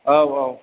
औ औ